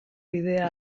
bidea